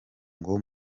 ngo